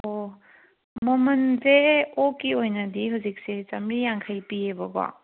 ꯑꯣ ꯃꯃꯟꯁꯦ ꯑꯣꯛꯀꯤ ꯑꯣꯏꯅꯗꯤ ꯍꯧꯖꯤꯛꯁꯦ ꯆꯥꯃꯔꯤ ꯌꯥꯡꯈꯩ ꯄꯤꯌꯦꯕꯀꯣ